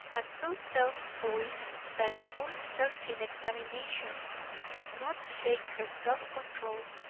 and so self-poised that the most searching examination could not shake her self-control,